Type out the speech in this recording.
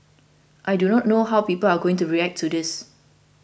I do not know how people are going to react to this